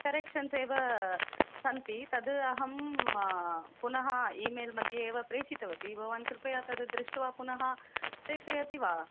corrections एव सन्ति तद् अहं पुनः इमेल् मध्ये एव प्रेषितवती भवान् कृपया तद् दृष्ट्वा पुनः प्रेषयति वा